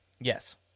Yes